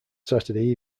saturday